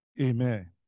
Amen